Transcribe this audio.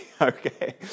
Okay